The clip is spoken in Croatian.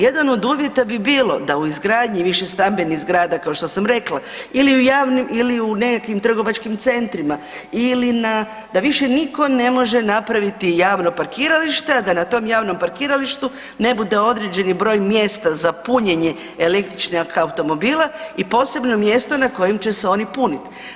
Jedan od uvjeta bi bilo da u izgradnji višestambenih zgrada kao što sam rekla ili u javnim ili u nekakvim trgovačkim centrima ili na, da više niko ne može napraviti javno parkiralište, a da na tom javnom parkiralištu ne bude određeni broj mjesta za punjenje električnih automobila i posebno mjesto na kojem će se oni punit.